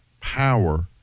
power